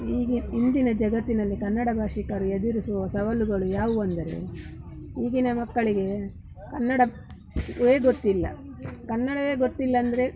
ಈಗ ಇಂದಿನ ಜಗತ್ತಿನಲ್ಲಿ ಕನ್ನಡ ಭಾಷಿಕರು ಎದುರಿಸುವ ಸವಾಲುಗಳು ಯಾವುವು ಅಂದರೆ ಈಗಿನ ಮಕ್ಕಳಿಗೆ ಕನ್ನಡ ವೇ ಗೊತ್ತಿಲ್ಲ ಕನ್ನಡವೇ ಗೊತ್ತಿಲ್ಲ ಅಂದರೆ